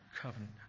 covenant